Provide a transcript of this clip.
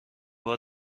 بار